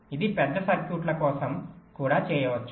ఇది పెద్ద సర్క్యూట్ల కోసం కూడా చేయవచ్చు